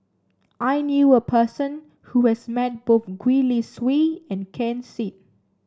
I knew a person who has met both Gwee Li Sui and Ken Seet